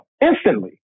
Instantly